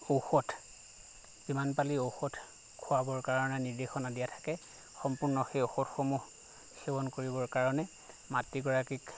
ঔষধ কিমান পালি ঔষধ খুৱাবৰ কাৰণে নিৰ্দেশনা দিয়া থাকে সম্পূৰ্ণ সেই ঔষধসমূহ সেৱন কৰিবৰ কাৰণে মাতৃগৰাকীক